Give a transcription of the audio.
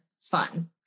fun